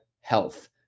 health